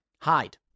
hide